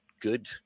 good